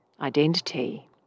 identity